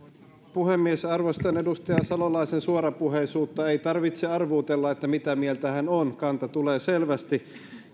puhemies arvostan edustaja salolaisen suorapuheisuutta ei tarvitse arvuutella mitä mieltä hän on kanta tulee selvästi